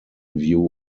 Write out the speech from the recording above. view